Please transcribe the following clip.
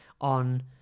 on